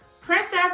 Princess